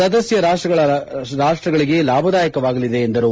ಸದಸ್ಯ ರಾಷ್ಟ್ರಗಳಿಗೆ ಲಾಭದಾಯಕವಾಗಲಿದೆ ಎಂದರು